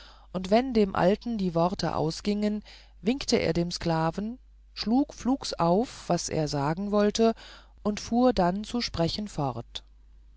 und wenn dem alten die worte ausgingen winkte er dem sklaven schlug flugs auf was er sagen wollte und fuhr dann zu sprechen fort